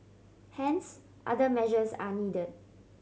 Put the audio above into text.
hence other measures are needed